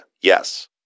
yes